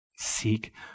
Seek